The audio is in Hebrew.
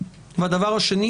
ושנית,